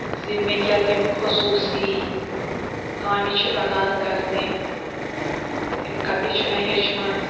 زِ مےٚ کیٛاہ تِم خصوٗصی کامہِ چھِ تَگان کَرنہِ تہٕ تِم کَتہِ چھِ مےٚ ہیٚچھمَژ